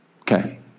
Okay